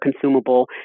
consumable